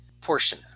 portion